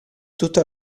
tutta